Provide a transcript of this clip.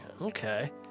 Okay